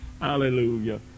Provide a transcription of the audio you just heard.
Hallelujah